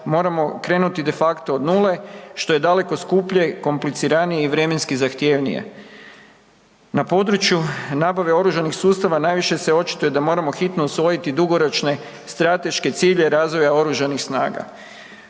moramo krenuti de facto od nule što je daleko skuplje i kompliciranije i vremenski zahtjevnije. Na području nabave oružanih sustava najviše se očituje da moramo hitno usvojiti dugoročne strateške ciljeve razvoja oružanih snaga.